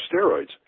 steroids